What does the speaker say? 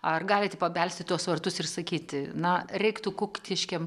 ar galit pabelst į tuos vartus ir sakyti na reiktų kuktiškėm